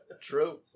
true